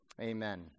Amen